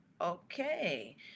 okay